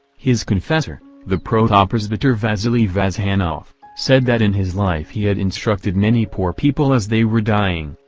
his confessor, the protopresbyter vasilli vazhanoff, said that in his life he had instructed many poor people as they were dying,